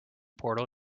portal